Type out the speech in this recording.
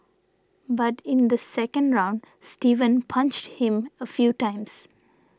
but in the second round Steven punched him a few times